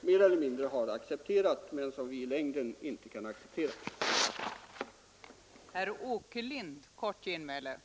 mer eller mindre accepterat men som vi inte accepterar i längden.